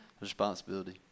Responsibility